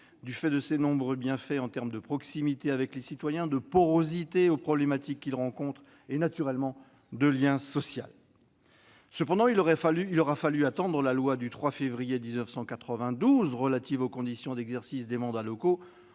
du fait de ses nombreux bienfaits en termes de proximité avec les citoyens, de porosité aux problématiques qu'ils rencontrent et de lien social. Cependant, il aura fallu attendre la loi du 3 février 1992 relative aux conditions d'exercice des mandats locaux